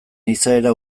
izaera